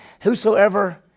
Whosoever